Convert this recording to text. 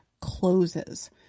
closes